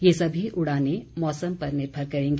ये सभी उड़ानें मौसम पर निर्भर करेंगी